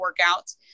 workouts